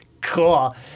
cool